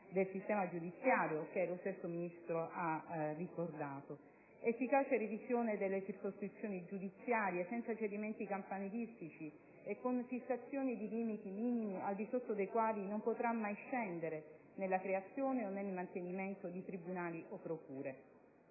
del sistema giudiziario, che lo stesso Ministro ha ricordato); efficace revisione delle circoscrizioni giudiziarie senza cedimenti campanilistici e con fissazione di limiti minimi, al di sotto dei quali non si potrà mai scendere nella creazione o nel mantenimento di tribunali o procure.